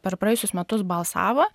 per praėjusius metus balsavo